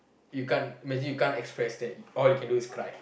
you can't imagine you can't express that all you can do is cry